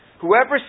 Whoever